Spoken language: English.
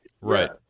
Right